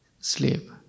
sleep